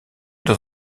dans